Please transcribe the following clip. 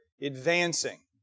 advancing